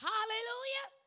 Hallelujah